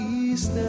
east